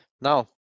now